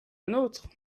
nôtre